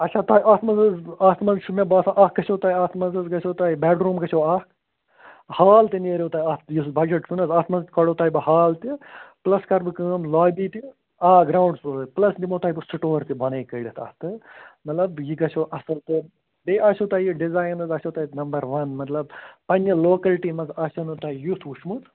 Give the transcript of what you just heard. اَچھا تُہۍ اتھ منٛز حظ اتھ منٛز چھُ مےٚ باسان اکھ گژھٮ۪و تۅہہِ اَتھ منٛز حظ گژھٮ۪و تۄہہِ بٮ۪ڈ روٗم گژھٮ۪و اکھ ہال تہِ نیرو تۅہہِ اتھ یُس بجٹ چھُو نہَ حظ اتھ منٛز کڈہو تۅہہِ بہٕ ہال تہِ پُلس کرٕ بہٕ کٲم لابی تہِ آ گرٛونٛڈ فُلور حظ پُلس نِمہو تۅہہِ بہٕ سِٹور تہِ بۅنَے کٔڈِتھ اتھٕ مطلب یہِ گَژھٮ۪و اَصٕل تۅہہِ بیٚیہِ آسٮ۪و تۅہہِ یہِ ڈِزایِن حظ آسٮ۪و تۅہہِ نمبر وَن مطلب پنٕنہِ لوکلٹی مںٛز آسٮ۪و نہٕ تۅہہِ یُتھ وُچھُمت